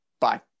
Bye